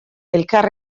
elkar